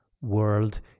world